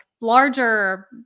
larger